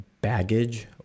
baggage